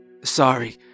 Sorry